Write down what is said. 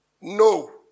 No